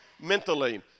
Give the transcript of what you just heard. mentally